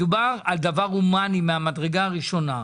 מדובר על דבר הומני ממדרגה ראשונה.